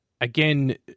again